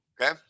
Okay